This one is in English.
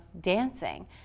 dancing